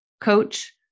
coach